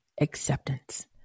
acceptance